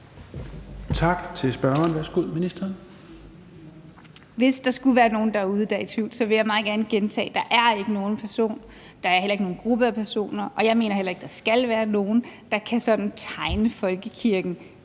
Hvis der skulle være nogen derude, der er i tvivl, vil jeg meget gerne gentage, at der ikke er nogen person og heller ikke nogen gruppe af personer – og jeg mener heller ikke, der skal være nogen – der sådan kan tegne folkekirken